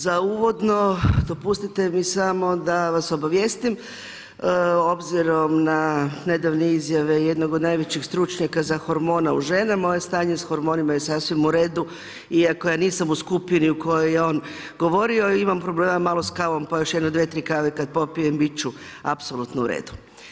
Za uvodno dopustite mi samo da vas obavijestim obzirom na nedavne izjave jednog od najvećih stručnjaka za hormone u ženama, moje stanje sa hormonima je sasvim u redu iako ja nisam u skupini u kojoj je on govorio, imam problema malo s kavom, pa još jednom dvije, tri kave kad popijem bit ću apsolutno u redu.